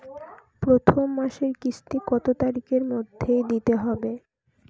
প্রথম মাসের কিস্তি কত তারিখের মধ্যেই দিতে হবে?